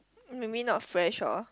maybe not fresh hor